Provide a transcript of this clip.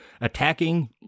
attacking